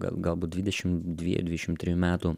gal galbūt dvidešim dviejų dvidešim trijų metų